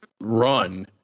run